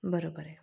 बरोबर आहे